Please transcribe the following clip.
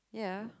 yeah